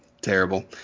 terrible